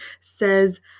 says